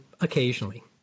occasionally